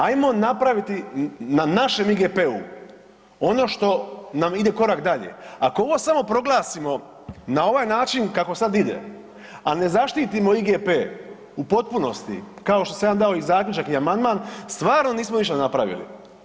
Ajmo napraviti na našem IGP-u ono to nam ide korak dalje, ako ovo samo proglasimo na ovaj način kako sad ide, a ne zaštitimo IGP u potpunosti kao što sam ja dao zaključak i amandman, stvarno nismo ništa napravili.